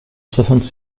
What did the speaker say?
soixante